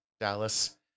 Dallas